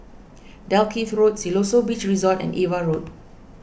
Dalkeith Road Siloso Beach Resort and Ava Road